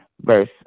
verse